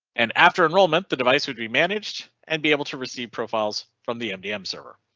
and after enrollment the device would be managed and be able to receive profiles from the mdm server.